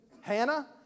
Hannah